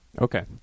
Okay